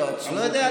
בתעצומות נפש.